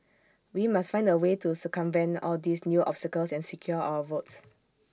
we must find A way to circumvent all these new obstacles and secure our votes